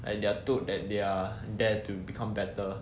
and they are told that they there to become better